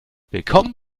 willkommen